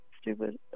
Stupid